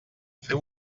feu